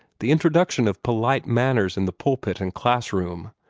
the introduction of polite manners in the pulpit and classroom,